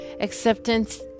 acceptance